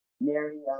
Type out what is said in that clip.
Mary